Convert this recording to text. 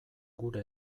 gure